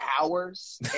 hours